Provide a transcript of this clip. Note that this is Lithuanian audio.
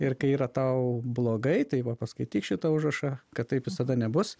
ir kai yra tau blogai tai va paskaityk šitą užrašą kad taip visada nebus